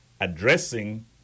addressing